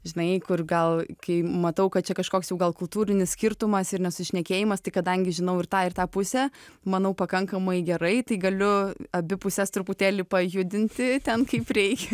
žinai kur gal kai matau kad čia kažkoks gal kultūrinis skirtumas ir nesusišnekėjimastai kadangi žinau ir tą ir tą pusę manau pakankamai gerai tai galiu abi puses truputėlį pajudinti ten kaip reikia